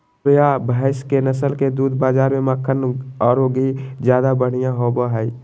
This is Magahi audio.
मुर्रा भैस के नस्ल के दूध बाज़ार में मक्खन औरो घी ज्यादा बढ़िया होबो हइ